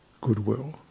goodwill